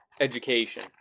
education